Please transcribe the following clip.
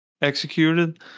executed